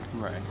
Right